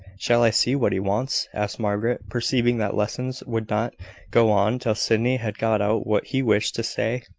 shall i see what he wants? asked margaret, perceiving that lessons would not go on till sydney had got out what he wished to say.